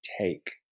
take